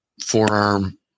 forearm